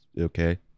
okay